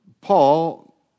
Paul